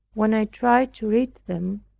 when i tried to read them,